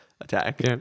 attack